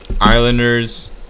Islanders